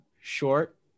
short